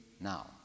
now